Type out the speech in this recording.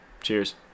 Cheers